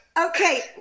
okay